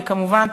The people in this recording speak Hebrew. וכמובן,